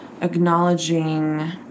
acknowledging